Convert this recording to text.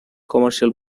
commercial